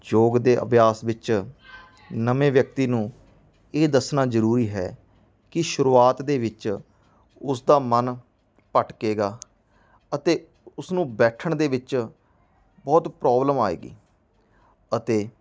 ਯੋਗ ਦੇ ਅਭਿਆਸ ਵਿੱਚ ਨਵੇਂ ਵਿਅਕਤੀ ਨੂੰ ਇਹ ਦੱਸਣਾ ਜ਼ਰੂਰੀ ਹੈ ਕਿ ਸ਼ੁਰੂਆਤ ਦੇ ਵਿੱਚ ਉਸਦਾ ਮਨ ਭਟਕੇਗਾ ਅਤੇ ਉਸਨੂੰ ਬੈਠਣ ਦੇ ਵਿੱਚ ਬਹੁਤ ਪ੍ਰੋਬਲਮ ਆਏਗੀ ਅਤੇ